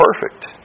perfect